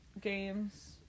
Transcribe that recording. games